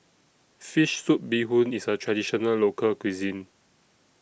Fish Soup Bee Hoon IS A Traditional Local Cuisine